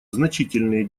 значительные